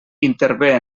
intervé